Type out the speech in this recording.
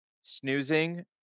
snoozing